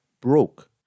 broke